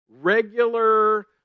regular